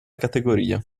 categoria